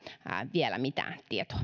vielä mitään tietoa